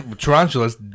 tarantulas